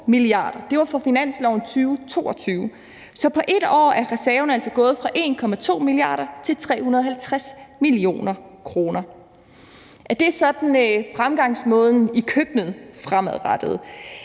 det var for finansloven for 2022. Så på 1 år er reserven altså gået fra 1,2 mia. kr. til 350 mio. kr. Er det sådan fremgangsmåden i køkkenet fremadrettet?